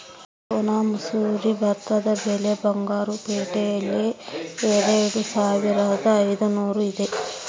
ಸೋನಾ ಮಸೂರಿ ಭತ್ತದ ಬೆಲೆ ಬಂಗಾರು ಪೇಟೆಯಲ್ಲಿ ಎರೆದುಸಾವಿರದ ಐದುನೂರು ಇದೆ